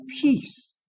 peace